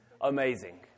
amazing